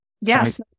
Yes